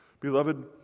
Beloved